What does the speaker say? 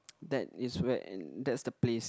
that is where and that's the place